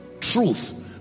truth